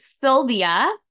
Sylvia